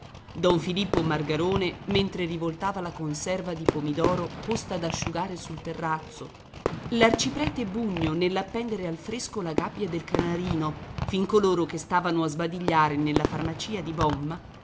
di peperito don filippo margarone mentre rivoltava la conserva di pomidoro posta ad asciugare sul terrazzo l'arciprete bugno nell'appendere al fresco la gabbia del canarino fin coloro che stavano a sbadigliare nella farmacia di bomma